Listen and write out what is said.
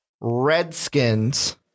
Redskins